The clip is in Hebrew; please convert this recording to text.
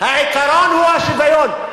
העיקרון הוא השוויון.